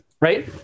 right